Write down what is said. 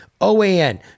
OAN